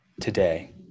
today